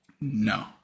no